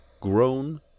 grown